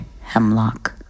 hemlock